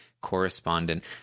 correspondent